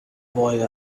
boy